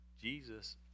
Jesus